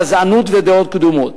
גזענות ודעות קדומות.